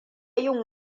yin